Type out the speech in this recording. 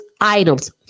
items